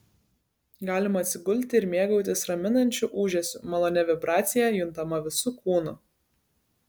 galima atsigulti ir mėgautis raminančiu ūžesiu malonia vibracija juntama visu kūnu